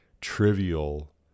trivial